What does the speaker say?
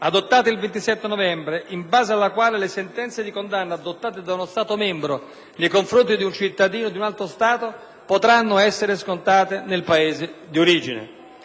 adottata il 27 novembre dello scorso anno, in base alla quale le sentenze di condanna pronunciate da uno Stato membro nei confronti di un cittadino di un altro Stato, potranno essere scontate nel Paese d'origine.